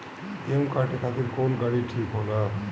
गेहूं काटे खातिर कौन गाड़ी ठीक होला?